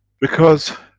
because,